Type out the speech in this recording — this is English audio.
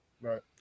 Right